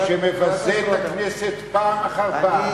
שמבזה את הכנסת פעם אחר פעם,